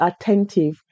attentive